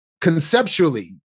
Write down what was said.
conceptually